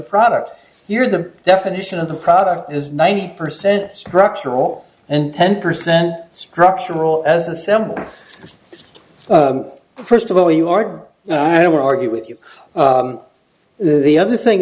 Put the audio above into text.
product you're the definition of the product is ninety percent structural and ten percent structural as assembly is first of all you are i don't argue with you the other thing